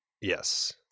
Yes